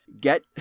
get